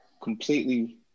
completely